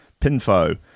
pinfo